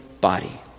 body